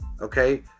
Okay